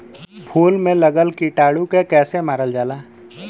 फूल में लगल कीटाणु के कैसे मारल जाला?